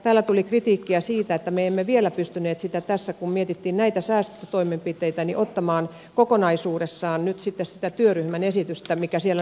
täällä tuli kritiikkiä siitä että me emme vielä pystyneet tässä kun mietittiin näitä säästötoimenpiteitä ottamaan kokonaisuudessaan nyt sitten sitä työryhmän esitystä mikä siellä nyt on tulossa